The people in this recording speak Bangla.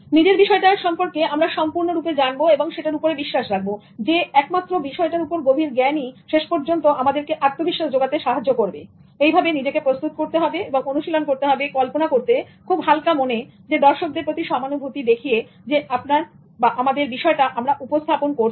নিজের বিষয়টা সম্পূর্ণ রূপে জানা এবং সেটার উপরে বিশ্বাস রাখা একমাত্র বিষয়টার উপর গভীর জ্ঞানই শেষ পর্যন্ত আপনাকে আত্মবিশ্বাস যোগাতে সাহায্য করবে এইভাবে নিজেকে প্রস্তুত করুন এবং অনুশীলন করুন কল্পনা করতে আপনি হালকা মনে দর্শকদের প্রতি সমানুভূতি দেখিয়ে আপনার বিষয়টা উপস্থাপন করছেন